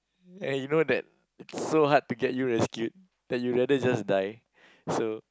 and you know that it's so hard to get you escape that you'd rather just die so